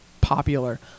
popular